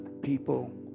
people